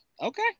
okay